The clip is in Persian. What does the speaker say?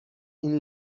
این